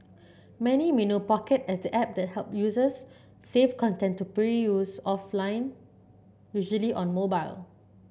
many may know Pocket as the app that help users save content to offline usually on mobile